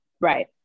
Right